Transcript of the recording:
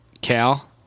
Cal